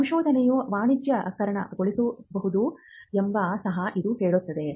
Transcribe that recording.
ಸಂಶೋಧನೆಯು ವಾಣಿಜ್ಯೀಕರಣಗೊಳ್ಳಬಹುದೇ ಎಂದು ಸಹ ಇದು ಹೇಳುತ್ತದೆ